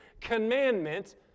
commandment